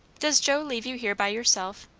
does joe leave you here by yourself?